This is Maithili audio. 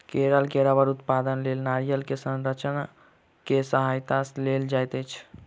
केरल मे रबड़ उत्पादनक लेल नारियल के संरचना के सहायता लेल जाइत अछि